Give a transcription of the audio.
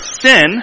sin